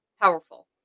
powerful